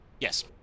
Yes